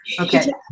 okay